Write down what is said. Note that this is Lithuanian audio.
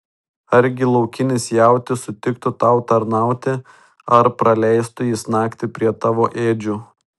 argi laukinis jautis sutiktų tau tarnauti ar praleistų jis naktį prie tavo ėdžių